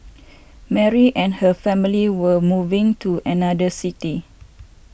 Mary and her family were moving to another city